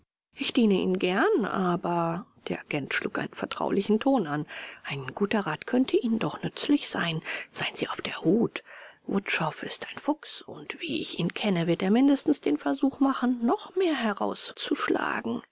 ich diene ihnen gern aber der agent schlug einen vertraulichen ton an ein guter rat könnte ihnen doch nützlich sein seien sie auf der hut wutschow ist ein fuchs und wie ich ihn kenne wird er mindestens den versuch machen noch mehr herauszuschlagen